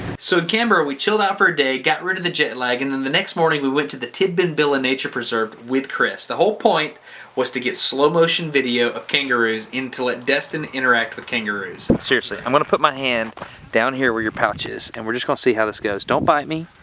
so in canberra we chilled out for a day, got rid of the jet lag and then the next morning we went to the tidbinbilla nature reserve with chris. the whole point was to get slow motion video of kangaroos and to let destin interact with kangaroos. and seriously, i'm gonna put my hand down here where your pouch is and we're just gonna see how this goes. don't bite me.